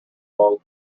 long